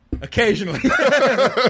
Occasionally